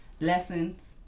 lessons